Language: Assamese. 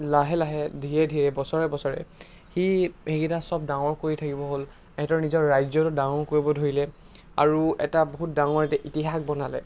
লাহে লাহে ধীৰে ধীৰে বছৰে বছৰে সি সেইকেইটা চব ডাঙৰ কৰি থাকিব হ'ল সিহঁতৰ নিজৰ ৰাজ্যটো ডাঙৰ কৰিব ধৰিলে আৰু এটা বহুত ডাঙৰ এটা ইতিহাস বনালে